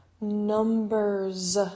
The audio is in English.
numbers